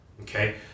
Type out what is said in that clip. Okay